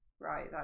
Right